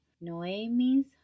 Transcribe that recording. Noemi's